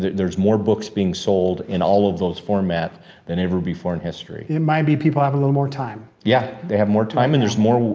there's more books being sold in all of those formats than ever before in history. it might be people have a little more time. yeah, they have more time and there's more,